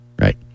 right